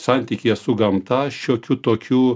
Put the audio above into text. santykyje su gamta šiokių tokių